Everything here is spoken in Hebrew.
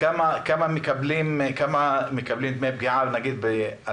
כמה קיבלו דמי פגיעה ב-2019?